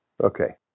Okay